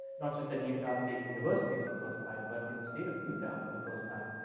not just at utah state university for the first time, but in the state of utah for the first time.